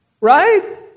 Right